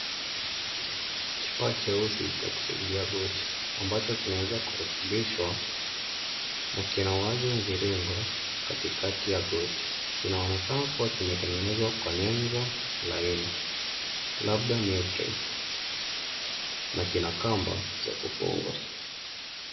Kifaa cheusi cha kusaidia goti ambacho kimeweza kurekebishwa na kina wazo mviringo katikati ya goti. Kinaonekana kuwa kimetengenezwa kwa nyenzo laini, labda neuprin na kina kamba za kufunga.